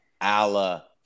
Allah